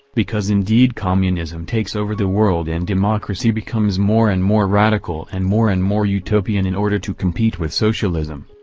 because indeed communism takes over the world and democracy becomes more and more radical and more and more utopian in order to compete with socialism.